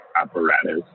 apparatus